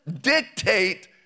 dictate